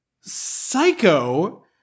psycho